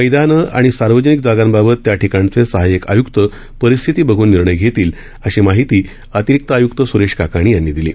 मैदानं आणि सार्वजनिक जागांबाबत त्या ठिकाणचे सहायक आयुक्त परिस्थिती बघून निर्णय घेतील अशी माहिती अतिरिक्त आयुक्त सुरेश काकाणी यांनी दिली